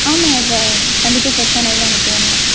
ஆமாம் கா கண்டிப்பாக ஃப்ரெஷ்ஷானது தான் அனுப்புவாங்க